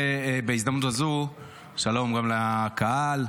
שלום גם לקהל,